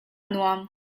nuam